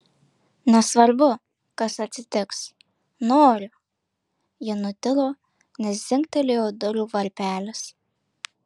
nesvarbu kas atsitiks noriu ji nutilo nes dzingtelėjo durų varpelis